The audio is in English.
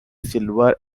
silver